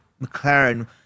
McLaren